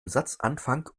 satzanfang